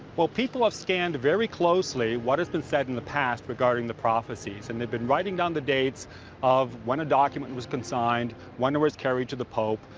well, people have scanned very closely what has been said in the past regarding the prophecies, and they've been writing down the dates of when a document was consigned, when it was carried to the pope,